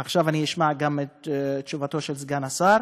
עכשיו אני אשמע גם את תשובתו של סגן השר,